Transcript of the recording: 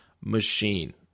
machine